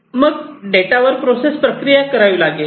मग डेटावर प्रोसेस प्रक्रिया करावी लागेल